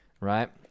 right